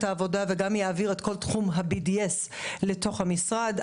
העבודה וגם יעביר את כל תחום ה-BDS לתוך המשרד.